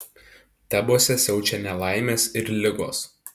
tebuose siaučia nelaimės ir ligos